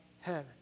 heaven